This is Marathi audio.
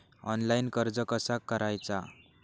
ऑनलाइन कर्ज कसा करायचा?